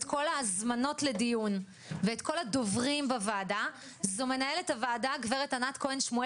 כל ההזמנות לדיון ואת כל הדוברים בוועדה זאת מנהלת הוועדה,